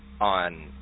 on